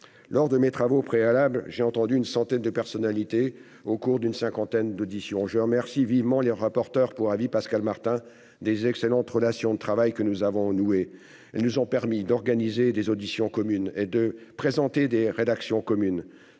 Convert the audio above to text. Lors de mes travaux préalables, j'ai entendu une centaine de personnalités au cours d'une cinquantaine d'auditions. Je remercie vivement le rapporteur pour avis, Pascal Martin, des excellentes relations de travail que nous avons nouées ; elles nous ont permis d'organiser des auditions communes et de présenter des rédactions communes.